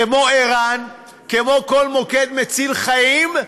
כמו ער"ן, כמו כל מוקד מציל חיים.